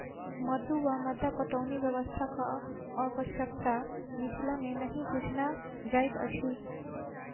मद्दु वा मद्दा पटौनी व्यवस्थाक आवश्यता मिथिला मे नहि बुझना जाइत अछि